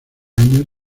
años